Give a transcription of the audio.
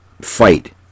fight